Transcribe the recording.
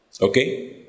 Okay